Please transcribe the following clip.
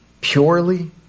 purely